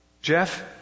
Jeff